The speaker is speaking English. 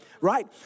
Right